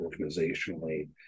organizationally